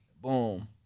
boom